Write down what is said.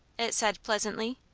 it said, pleasantly.